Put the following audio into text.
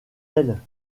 elle